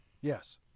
Yes